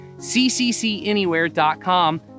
cccanywhere.com